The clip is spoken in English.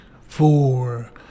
four